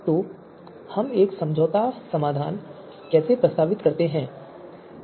तो हम एक समझौता समाधान कैसे प्रस्तावित करते हैं